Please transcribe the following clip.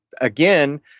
again